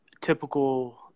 typical